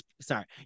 sorry